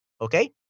Okay